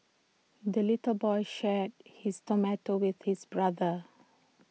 the little boy shared his tomato with his brother